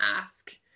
ask